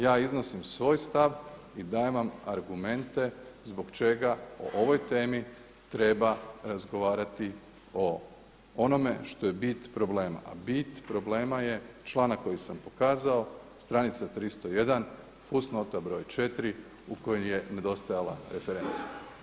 Ja iznosim svoj stav i dajem vam argumente zbog čega o ovoj temi treba razgovarati o onome što je bit problema, a bit problema je članak koji sam pokazao, stranica 301. fusnota broj 4. u kojoj je nedostajala referenca.